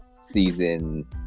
season